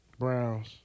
Browns